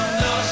no